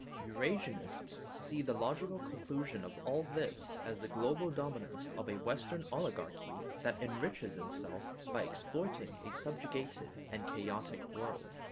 eurasianists see the logical conclusion of all this as the global dominance of a western oligarchy that enriches itself by exploiting a subjugated and chaotic world.